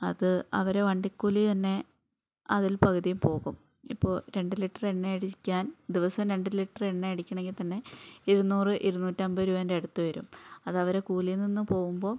അത് അവരെ വണ്ടിക്കൂലി തന്നെ അതിൽ പകുതിയും പോകും ഇപ്പോൾ രണ്ട് ലിറ്റർ എണ്ണയടിക്കാൻ ദിവസം രണ്ട് ലിറ്റർ എണ്ണയടിക്കണമെങ്കിൽത്തന്നെ ഇരുന്നൂറ് ഇരുന്നൂറ്റമ്പത് രൂപേന്റെ അടുത്തു വരും അത് അവരെ കൂലിയിൽനിന്നു പോകുമ്പോൾ